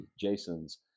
Jason's